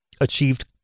achieved